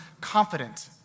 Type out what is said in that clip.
confident